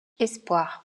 espoirs